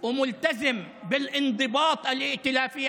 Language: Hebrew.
אני מבקש מכל חברי הכנסת שיתמכו בחוק הזה,